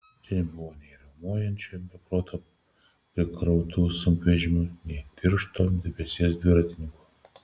čia nebebuvo nei riaumojančių be proto prikrautų sunkvežimių nei tiršto debesies dviratininkų